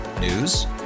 News